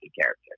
character